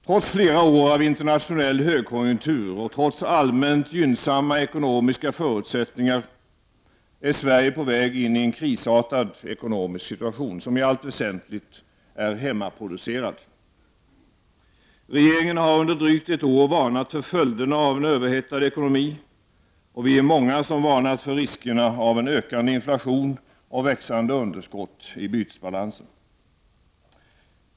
Trots flera år av internationell högkonjunktur och trots allmänt gynnsamma ekonomiska förutsättningar är Sverige på väg in i en krisartad ekonomisk situation, som i allt väsentligt är hemmaproducerad. Regeringen har under drygt ett år varnat för följderna av en överhettad ekonomi, och vi är många som varnat för riskerna av ökande inflation och växande underskott i bytesbalansen.